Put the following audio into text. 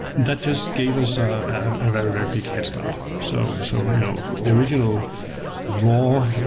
that just gave us a very, very big head start. so so you know the original raw